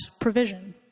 provision